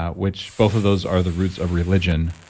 ah which both of those are the roots of religion,